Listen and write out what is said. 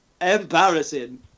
embarrassing